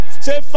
say